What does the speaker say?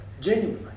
Genuinely